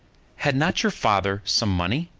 had not your father some money?